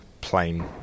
plain